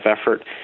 effort